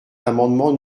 l’amendement